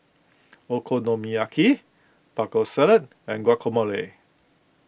Okonomiyaki Taco Salad and Guacamole